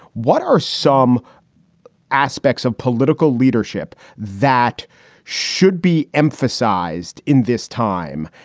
what are some aspects of political leadership that should be emphasized in this time?